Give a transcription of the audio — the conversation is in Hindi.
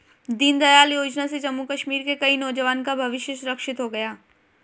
दीनदयाल योजना से जम्मू कश्मीर के कई नौजवान का भविष्य सुरक्षित हो गया